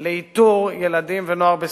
לאיתור ילדים ונוער בסיכון.